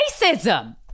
racism